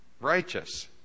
righteous